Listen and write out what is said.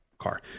car